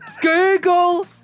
Google